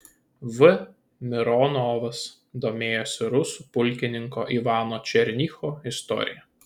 v mironovas domėjosi rusų pulkininko ivano černycho istorija